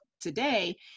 today